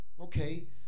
okay